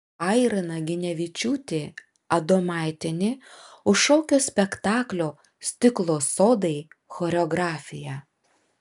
aira naginevičiūtė adomaitienė už šokio spektaklio stiklo sodai choreografiją